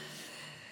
תודה רבה.